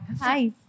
Hi